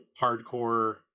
hardcore